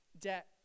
debt